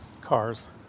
cars